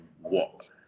walk